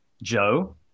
joe